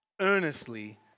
earnestly